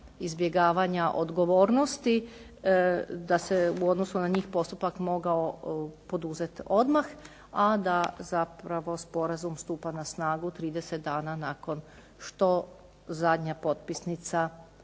izbjegavanja odgovornosti da se u odnosu na njih postupak mogao poduzeti odmah, a da zapravo sporazum stupa na snagu 30 dana nakon što zadnja potpisnica